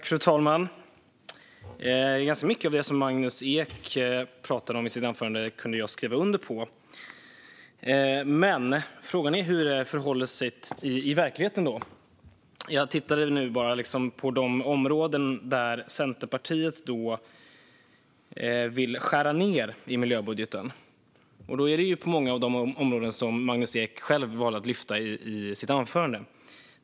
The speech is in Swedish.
Fru talman! Ganska mycket av det som Magnus Ek pratade om i sitt anförande kan jag skriva under på. Men frågan är hur det förhåller sig i verkligheten med det som han nämnde. Jag tittade på de områden där Centerpartiet vill skära ned i miljöbudgeten, och det är många av de områden som Magnus Ek själv valde att lyfta i sitt anförande.